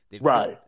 Right